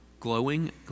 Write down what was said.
Glowing